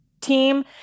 team